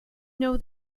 know